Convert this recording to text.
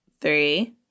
three